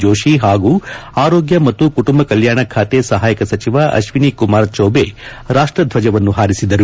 ಜೋಷಿ ಹಾಗೂ ಆರೋಗ್ಯ ಮತ್ತು ಕುಟುಂಬ ಕಲ್ಯಾಣ ಖಾತೆ ಸಹಾಯಕ ಸಚಿವ ಅಶ್ವಿನ್ಕುಮಾರ್ ಚೌಬೆ ರಾಷ್ಟ ಧ್ವಜವನ್ನು ಹರಿಸಿದರು